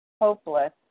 Hopeless